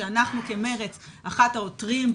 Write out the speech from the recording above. שאנחנו כמר"צ אחד העותרים,